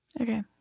Okay